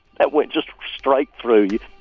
that went just straight through you